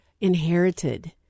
Inherited